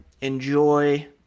Enjoy